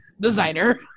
designer